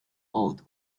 ault